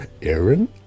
Aaron